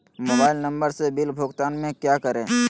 Mobile number से bill भुगतान में क्या करें?